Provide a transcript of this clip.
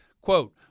Quote